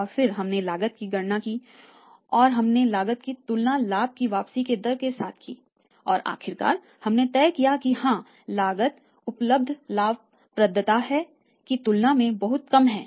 और फिर हमने लागत की गणना की और फिर हमने लागत की तुलना लाभ की वापसी के दर के साथ की और आखिरकार हमने तय किया कि हाँ लागत उपलब्ध लाभप्रदता की तुलना में बहुत कम है